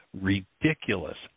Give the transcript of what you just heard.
ridiculous